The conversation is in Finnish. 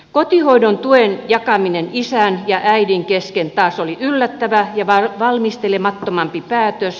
kotihoidon tuen jakaminen isän ja äidin kesken taas oli yllättävä ja valmistelemattomampi päätös